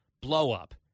blow-up